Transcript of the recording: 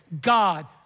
God